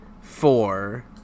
four